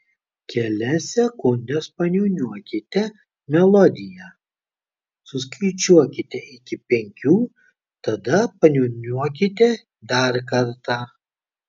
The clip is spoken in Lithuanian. kelias sekundes paniūniuokite melodiją suskaičiuokite iki penkių tada paniūniuokite dar kartą